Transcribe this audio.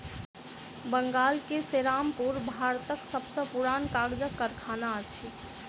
बंगाल के सेरामपुर भारतक सब सॅ पुरान कागजक कारखाना अछि